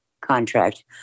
contract